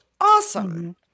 awesome